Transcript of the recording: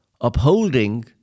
upholding